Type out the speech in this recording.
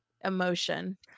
emotion